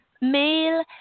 male